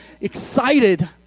excited